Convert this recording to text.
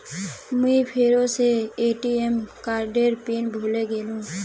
मुई फेरो से ए.टी.एम कार्डेर पिन भूले गेनू